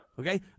Okay